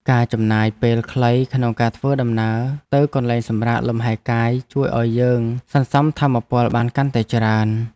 ការចំណាយពេលខ្លីក្នុងការធ្វើដំណើរទៅកន្លែងសម្រាកលំហែកាយជួយឱ្យយើងសន្សំថាមពលបានកាន់តែច្រើន។